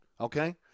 Okay